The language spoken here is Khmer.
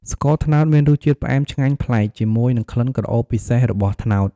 ស្ករត្នោតមានរសជាតិផ្អែមឆ្ងាញ់ប្លែក ជាមួយនឹងក្លិនក្រអូបពិសេសរបស់ត្នោត។